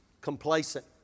complacent